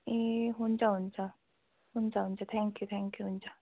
ए हुन्छ हुन्छ हुन्छ हुन्छ थ्याङ्क यू थ्याङ्क यू हुन्छ